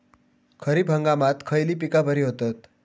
खरीप हंगामात खयली पीका बरी होतत?